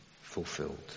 fulfilled